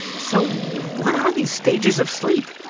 so what are these stages of sleep?